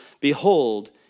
Behold